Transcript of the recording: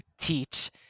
teach